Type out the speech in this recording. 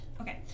Okay